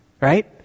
right